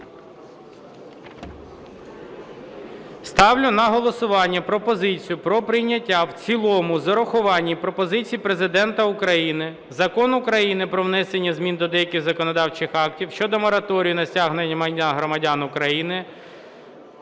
Ставлю на голосування пропозицію про прийняття в цілому з урахуванням пропозицій Президента України Закон України "Про внесення змін до деяких законодавчих актів щодо мораторію на стягнення майна громадян України,